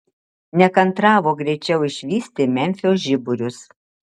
nekantravo greičiau išvysti memfio žiburius